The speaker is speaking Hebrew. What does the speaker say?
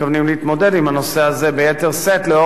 לאור האיומים של משרד האוצר לקצץ בתקציב?